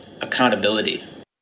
accountability